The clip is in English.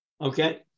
Okay